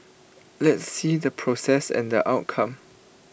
let's see the process and the outcome